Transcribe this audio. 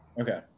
Okay